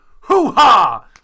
hoo-ha